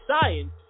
science